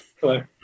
Hello